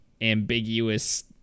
ambiguous